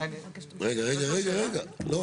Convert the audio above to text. זהו?